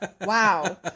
Wow